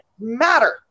matter